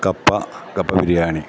കപ്പ കപ്പ ബിരിയാണി